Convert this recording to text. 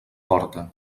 porta